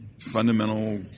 fundamental